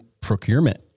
procurement